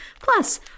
Plus